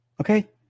Okay